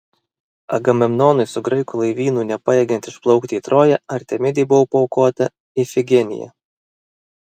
agamemnonui su graikų laivynu nepajėgiant išplaukti į troją artemidei buvo paaukota ifigenija